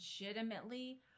legitimately